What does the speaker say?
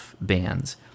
bands